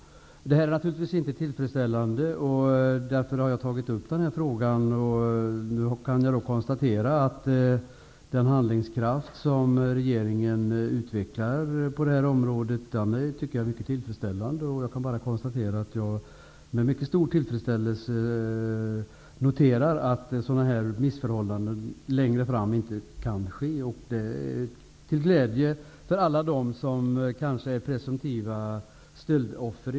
Det här är naturligtvis inte tillfredsställande. Det är därför jag har tagit upp denna fråga. Jag kan konstatera att den handlingskraft som regeringen visar på området är tillfredsställande. Jag noterar att sådana missförhållanden inte skall kunna ske i framtiden. Det är till glädje för alla presumtiva stöldoffer.